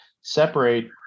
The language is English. separate